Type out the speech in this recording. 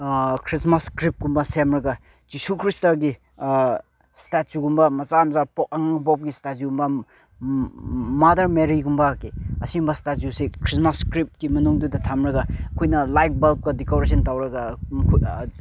Christmas ꯀ꯭ꯔꯤꯞꯀꯨꯝꯕ ꯁꯦꯝꯂꯒ Jesus ꯈ꯭ꯔꯤꯁꯇꯒꯤ ꯏꯁꯇꯦꯆꯨꯒꯨꯝꯕ ꯃꯆꯥ ꯃꯆꯥ ꯄꯣꯛ ꯑꯉꯥꯡ ꯄꯣꯛꯄꯒꯤ ꯏꯁꯇꯦꯆꯨꯒꯨꯝꯕ ꯃꯥꯗꯔ ꯃꯦꯔꯤꯒꯨꯝꯕꯒꯤ ꯑꯁꯤꯒꯨꯝꯕ ꯏꯁꯇꯦꯆꯨꯁꯤ ꯈ꯭ꯔꯤꯁꯃꯥꯁ ꯀ꯭ꯔꯤꯞꯀꯨꯝꯕꯒꯤ ꯃꯅꯨꯡꯗꯨꯗ ꯊꯝꯂꯒ ꯑꯩꯈꯣꯏꯅ ꯂꯥꯏꯠ ꯕꯜꯞꯀ ꯗꯦꯀꯣꯔꯦꯁꯟ ꯇꯧꯔꯒ